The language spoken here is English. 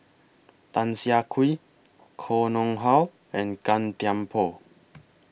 Tan Siah Kwee Koh Nguang How and Gan Thiam Poh